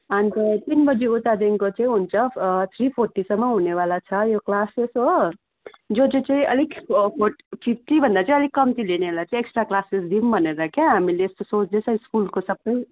अन्त तिन बजि उतादेखिको चाहिँ हुन्छ थ्री फोर्टीसम्म हुनेवाला छ यो क्लासेस हो जो जो चाहिँ अलिक फिप्टीभन्दा चाहिँ अलिक कम्ती ल्याउनेहरूलाई चाहिँ एक्स्ट्रा क्लासेस दिउँ भनेर हामीले यस्तो सोच्दैछ स्कुलको सबै